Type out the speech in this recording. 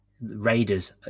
raiders